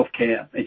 healthcare